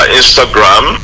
instagram